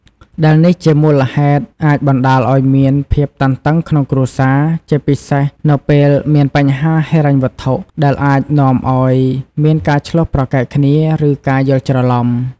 ដែលនេះជាមូលហេតុអាចបណ្ដាលឱ្យមានភាពតានតឹងក្នុងគ្រួសារ ជាពិសេសនៅពេលមានបញ្ហាហិរញ្ញវត្ថុ ដែលអាចនាំឱ្យមានការឈ្លោះប្រកែកគ្នា ឬការយល់ច្រឡំ។